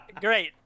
Great